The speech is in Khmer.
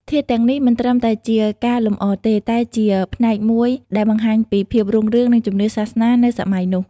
ធាតុទាំងនេះមិនត្រឹមតែជាការលម្អទេ តែជាផ្នែកមួយដែលបង្ហាញពីភាពរុងរឿង និងជំនឿសាសនានៅសម័យនោះ។